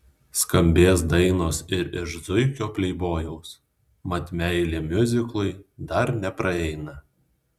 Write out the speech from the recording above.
skambės dainos ir iš zuikio pleibojaus mat meilė miuziklui dar nepraeina